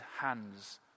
hands